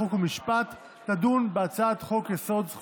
חוק ומשפט תדון בהצעת חוק-יסוד: